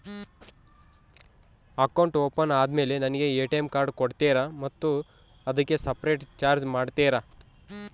Account open ಆದಮೇಲೆ ನನಗೆ ATM card ಕೊಡ್ತೇರಾ ಮತ್ತು ಅದಕ್ಕೆ ಸಪರೇಟ್ ಚಾರ್ಜ್ ಮಾಡ್ತೇರಾ?